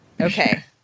Okay